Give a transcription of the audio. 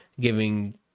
Giving